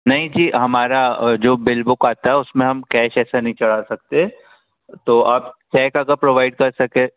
नहीं जी हमारी जो बिल बुक आती है उसमें हम कैश ऐसे नहीं चढ़ा सकते तो आप चेक अगर प्रवाइड कर सकें